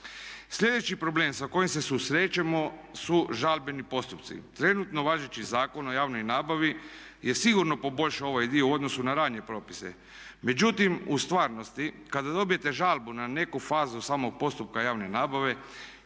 Sljedeći problem sa kojim se susrećemo su žalbeni postupci. Trenutno važeći Zakon o javnoj nabavi je sigurno poboljšao ovaj dio u odnosu na ranije propise, međutim u stvarnosti kada dobijete žalbu na neku fazu samog postupka javne nabave